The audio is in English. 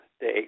day